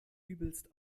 übelst